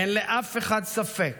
אין לאף אחד ספק